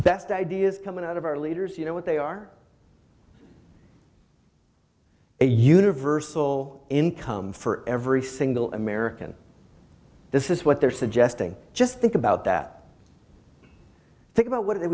best ideas coming out of our leaders you know what they are a universal income for every single american this is what they're suggesting just think about that think about what it